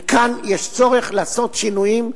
וכאן יש צורך לעשות שינויים,